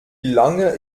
lange